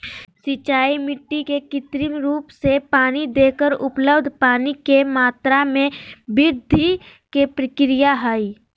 सिंचाई मिट्टी के कृत्रिम रूप से पानी देकर उपलब्ध पानी के मात्रा में वृद्धि के प्रक्रिया हई